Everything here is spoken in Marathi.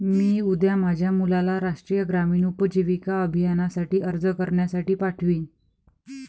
मी उद्या माझ्या मुलाला राष्ट्रीय ग्रामीण उपजीविका अभियानासाठी अर्ज करण्यासाठी पाठवीन